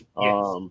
Yes